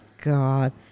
God